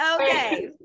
Okay